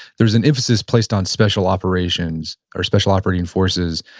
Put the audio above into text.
there was an emphasis placed on special operations or special operating forces.